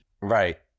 Right